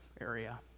area